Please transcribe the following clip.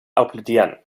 applaudieren